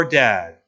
dad